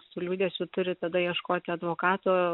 na su liūdesiu turi tada ieškoti advokato